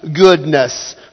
goodness